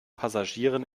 passagieren